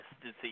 disease